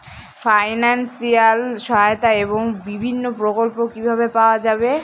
Financial সহায়তা এবং বিভিন্ন প্রকল্প কিভাবে পাওয়া যাবে?